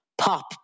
pop